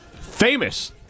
famous